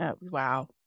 wow